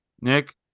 Nick